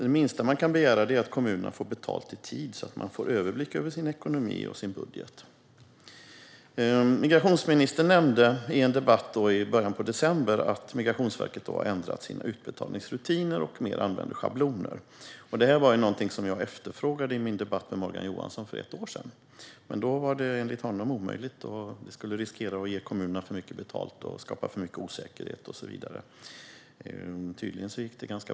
Det minsta man kan begära är att kommunerna får betalt i tid så att de får en överblick över sin ekonomi och sin budget. Migrationsministern nämnde i debatten i början av december att Migrationsverket hade ändrat sina utbetalningsrutiner och mer använde schabloner. Detta var något jag efterfrågade i min debatt med Morgan Johansson för ett år sedan. Enligt honom var det omöjligt, och risken var att kommunerna då skulle få för mycket betalt, att det skulle skapa för mycket osäkerhet och så vidare. Tydligen gick det bra ändå.